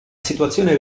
situazione